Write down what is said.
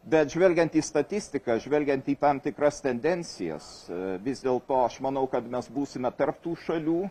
bet žvelgiant į statistiką žvelgiant į tam tikras tendencijas vis dėlto aš manau kad mes būsime tarp tų šalių